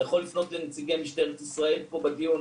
אתה יכול לפנות לנציגי משטרת ישראל פה בדיון,